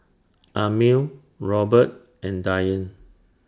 Amil Robert and Dyan